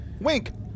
wink